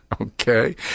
Okay